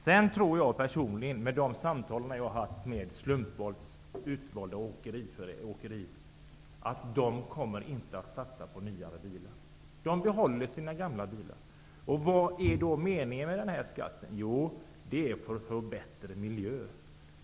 Sedan tror jag personligen, efter de samtal som jag har haft med slumpvis utvalda åkerier, att åkeriföretagen inte kommer att satsa på nya bilar. De behåller sina gamla. Vad är då meningen med den här skatten? Jo, det är att få bättre miljö.